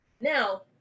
Now